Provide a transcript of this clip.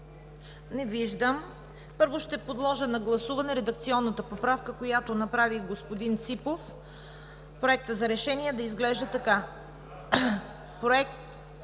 Няма. Първо ще подложа на гласуване редакционната поправка, която направи господин Ципов. Проектът за решение да изглежда така: